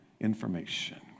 information